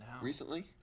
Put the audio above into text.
recently